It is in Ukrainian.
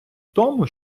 тому